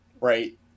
right